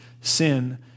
sin